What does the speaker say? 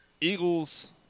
Eagles